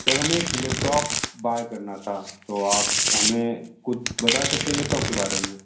sir हमें एक laptop buy करना था तो आप हमें कुछ बता सकते है लैपटॉप के बारे में